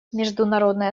международное